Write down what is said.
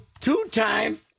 two-time